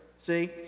See